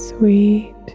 Sweet